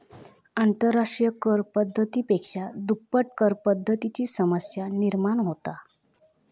आंतरराष्ट्रिय कर पद्धती पेक्षा दुप्पट करपद्धतीची समस्या निर्माण होता